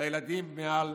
לילדים מעל